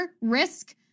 risk